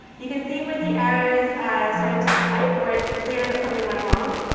you can see where the errors started to spike, where it's clear that something went wrong.